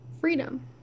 freedom